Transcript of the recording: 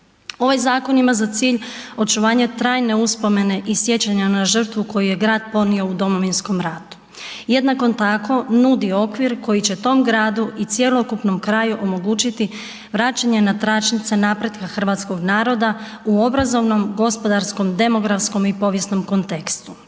Ovaj zakon ima za cilj očuvanje trajne uspomene i sjećanja na žrtvu koju je grad podnio u Domovinskom ratu. Jednako tako, nudi okvir koji će tom gradu i cjelokupnom kraju omogućiti vraćanje na tračnice napretka hrvatskog naroda u obrazovnom, gospodarskom, demografskom i povijesnom kontekstu.